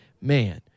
man